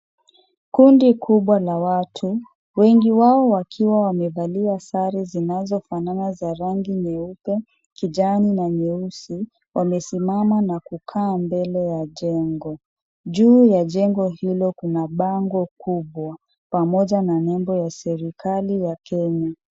Kundi kubwa la watu, wengi wao wakiwa wamevalia sare zinazofanana za rangi nyeupe, kijani na nyeusi, wamesimama na kukaa mbele ya jengo. Juu ya jengo hilo kuna bango kubwa, pamoja na nembo ya serikali ya Kenya.